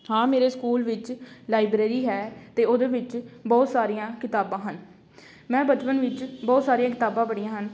ਹਾਂ ਮੇਰੇ ਸਕੂਲ ਵਿੱਚ ਲਾਈਬ੍ਰੇਰੀ ਹੈ ਅਤੇ ਉਹਦੇ ਵਿੱਚ ਬਹੁਤ ਸਾਰੀਆਂ ਕਿਤਾਬਾਂ ਹਨ ਮੈਂ ਬਚਪਨ ਵਿੱਚ ਬਹੁਤ ਸਾਰੀਆਂ ਕਿਤਾਬਾਂ ਪੜ੍ਹੀਆਂ ਹਨ